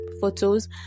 photos